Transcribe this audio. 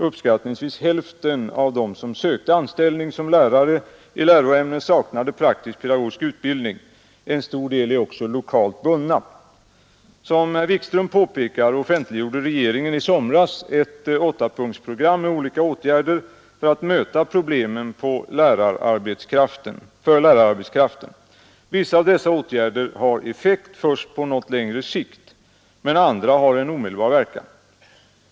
Uppskattningsvis hälften av dem som sökte anställning som lärare i läroämne saknade praktisk-pedagogisk utbildning. En stor del är också lokalt bundna. Som herr Wikström påpekar offentliggjorde regeringen i somras ett åttapunktsprogram med olika åtgärder för att möta problemen för lärararbetskraften. Vissa av dessa åtgärder har effekt först på något längre sikt, medan andra har en omedelbar verkan.